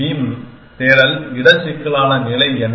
beam தேடல் இட சிக்கலான நிலை என்ன